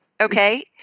Okay